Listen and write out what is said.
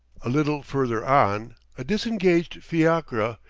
a little farther on, a disengaged fiacre,